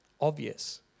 obvious